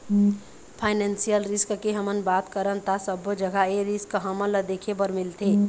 financial risk के हमन बात करन ता सब्बो जघा ए रिस्क हमन ल देखे बर मिलथे